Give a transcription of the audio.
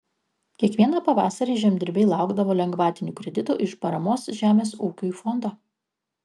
kiekvieną pavasarį žemdirbiai laukdavo lengvatinių kreditų iš paramos žemės ūkiui fondo